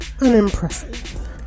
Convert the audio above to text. Unimpressive